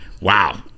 wow